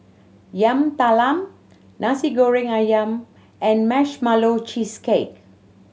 Yam Talam Nasi Goreng Ayam and Marshmallow Cheesecake